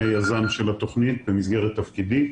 אני היזם של התוכנית במסגרת תפקידי.